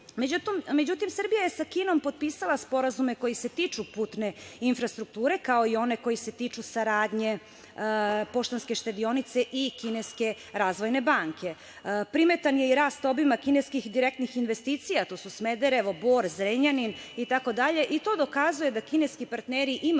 Međutim, Srbija je sa Kinom potpisala sporazume koji se tiču putne infrastrukture, kao i one koji se tiču saradnje Poštanske štedionice i Kineske Razvojne Banke. Primetan je i rast obima kineskih direktnih investicija, a to su Smederevo, Bor, Zrenjanin itd. i to dokazuje da kineski partneri imaju